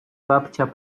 babcia